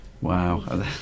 Wow